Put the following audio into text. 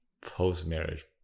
post-marriage